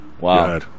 Wow